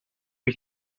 ich